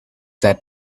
that